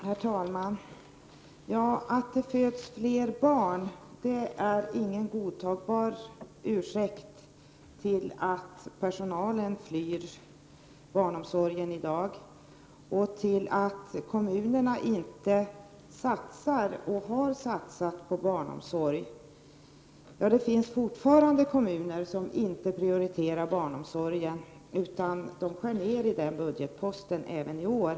Herr talman! Att det föds fler barn är ingen godtagbar ursäkt för att personalen flyr från barnomsorgen i dag och för att kommunerna inte satsar och inte har satsat på barnomsorg. Det finns fortfarande kommuner som inte prioriterar barnomsorg, utan de skär ned denna budgetpost även i år.